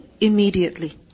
immediately